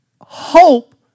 hope